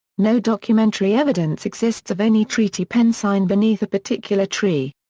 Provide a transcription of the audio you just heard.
no documentary evidence exists of any treaty penn signed beneath a particular tree.